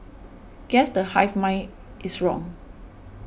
guess the hive mind is wrong